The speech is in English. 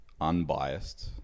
unbiased